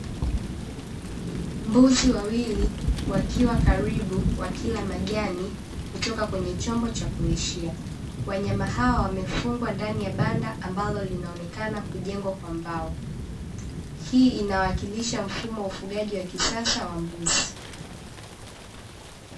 Mbuzi wawili wakiwa karibu wakila majani kutoka kwenye chombo cha kulishia. Wanyama hao wamefungwa ndani ya banda ambalo linaonekana kujengwa kwa mbao. Hii inawakilisha mfumo wa ufugaji wa kisasa wa mbuzi.